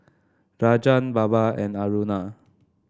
Rajan Baba and Aruna